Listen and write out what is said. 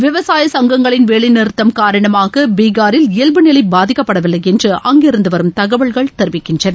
விவசாய சங்கங்களின் வேலை நிறுத்தம் காரணமாக பீகாரில் இயல்பு நிலை பாதிக்கப்படவில்லை என்று அங்கிருந்து வரும் தகவல்கள் தெரிவிக்கின்றன